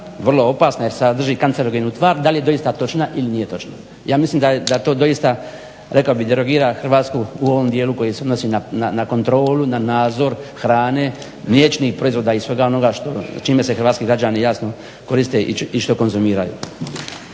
vrlo opasna jer sadrži kancerogenu tvar, da li je doista točna ili nije točna. Ja mislim da to doista rekao bih derogira Hrvatsku u ovom dijelu koji se odnosi na kontrolu, na nadzor hrane, mliječnih proizvoda i svega onoga čime se hrvatski građani jasno koriste i što konzumiraju.